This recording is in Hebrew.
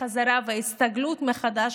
החזרה וההסתגלות מחדש,